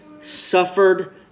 suffered